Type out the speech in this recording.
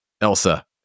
Elsa